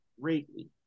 greatly